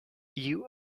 you